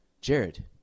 Jared